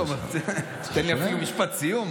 תן לי משפט סיום,